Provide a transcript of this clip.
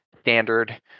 standard